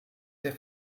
der